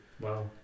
wow